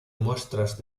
muestras